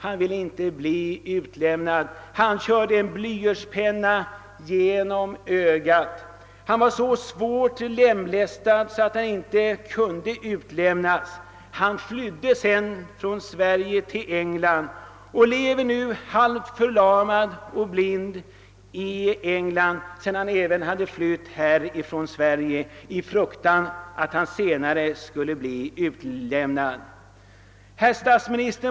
Han ville inte bli utlämnad, därför körde han en bly ertspenna genom ögat. Han var så svårt lemlästad att han inte kunde utlämnas. Senare flydde han från Sverige till England, där han nu lever halvt förlamad och blind, efter att alltså ha flytt från Sverige i fruktan för att han senare skulle bli utlämnad. Herr statsminister!